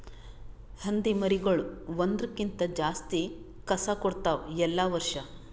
ಹಂದಿ ಮರಿಗೊಳ್ ಒಂದುರ್ ಕ್ಕಿಂತ ಜಾಸ್ತಿ ಕಸ ಕೊಡ್ತಾವ್ ಎಲ್ಲಾ ವರ್ಷ